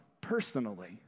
personally